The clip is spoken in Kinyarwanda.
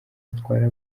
zitwara